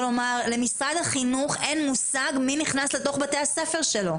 כלומר למשרד החינוך אין מושג מי נכנס לתוך בתי הספר שלו.